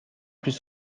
plus